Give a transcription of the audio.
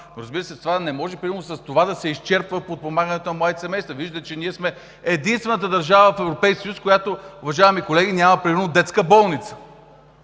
но не може с това да се изчерпва подпомагането на младите семейства. Вижда се, че ние сме единствената държава в Европейския съюз, която, уважаеми колеги, няма детска болница